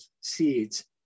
seeds